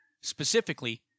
specifically